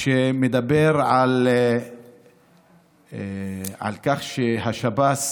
מדבר על כך שהשב"ס,